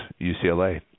UCLA